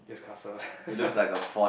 just castle